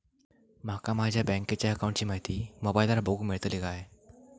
माका माझ्या बँकेच्या अकाऊंटची माहिती मोबाईलार बगुक मेळतली काय?